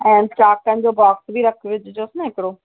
ऐं चॉकनि जो बॉक्स बि विझिजोसि न हिकिड़ो